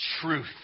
truth